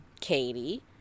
Katie